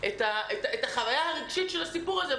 את החוויה הרגשית של הסיפור הזה.